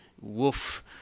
woof